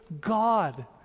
God